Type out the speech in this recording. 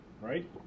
right